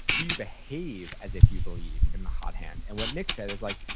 do you behave as if you believe in the hot hand? and what nick said is like,